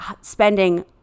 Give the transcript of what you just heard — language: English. spending